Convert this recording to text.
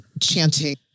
chanting